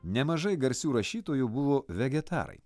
nemažai garsių rašytojų buvo vegetarai